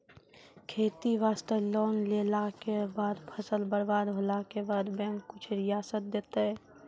खेती वास्ते लोन लेला के बाद फसल बर्बाद होला के बाद बैंक कुछ रियायत देतै?